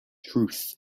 truth